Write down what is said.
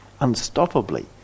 unstoppably